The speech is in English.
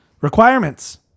Requirements